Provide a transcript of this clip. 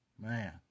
man